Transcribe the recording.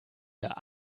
wir